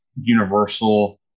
universal